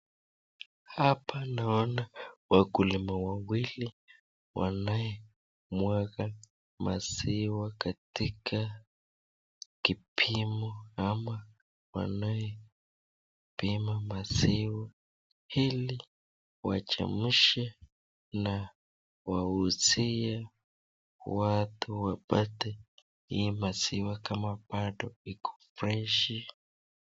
Hapa naona wakulima wawili wanaomwaga maziwa katika kipimo au wanayepima maziwa ili wachemshe na wauzie watu wapate hii maziwa kama bado iko freshi.